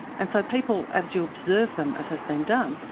and so people as you observe them, as has been done,